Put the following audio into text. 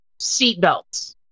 seatbelts